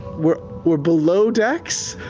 we're we're below decks?